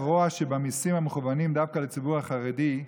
הרוע שבמיסים המכוונים דווקא לציבור החרדי,